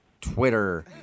Twitter